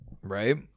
Right